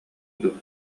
дуо